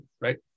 right